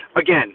again